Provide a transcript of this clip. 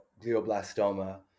glioblastoma